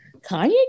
Kanye